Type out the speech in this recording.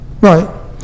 Right